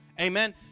Amen